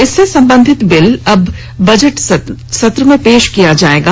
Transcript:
इससे संबंधित बिल अब बजट सत्र में पेश किया जाएगा